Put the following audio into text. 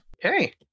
Hey